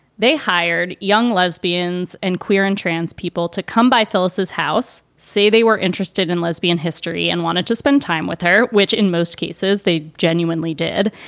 they hired young lesbians and queer and trans people to come by phyllis's house, say they were interested in lesbian history and wanted to spend time with her, which in most cases they genuinely did,